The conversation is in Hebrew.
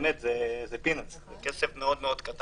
באמת זה פינטס, זה כסף מאוד מאוד קטן.